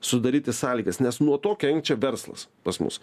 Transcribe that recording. sudaryti sąlygas nes nuo to kenčia verslas pas mus